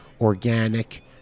organic